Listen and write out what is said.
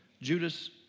Judas